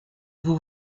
vous